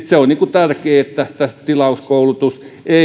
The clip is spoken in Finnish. tärkeää että tilauskoulutus